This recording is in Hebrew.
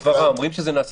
אומרים שזה נעשה בתיאום,